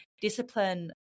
discipline